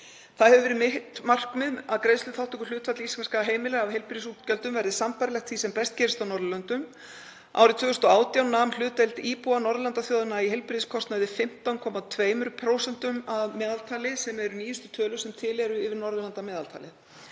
Það hefur verið mitt markmið að greiðsluþátttökuhlutfall íslenskra heimila af heilbrigðisútgjöldum verði sambærilegt því sem best gerist á Norðurlöndum. Árið 2018 nam hlutdeild íbúa Norðurlandaþjóðanna í heilbrigðiskostnaði 15,2% að meðaltali, sem eru nýjustu tölur sem til eru yfir Norðurlandameðaltalið.